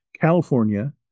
California